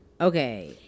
okay